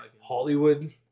Hollywood